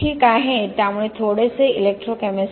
ठीक आहे त्यामुळे थोडेसे इलेक्ट्रोकेमिस्ट्री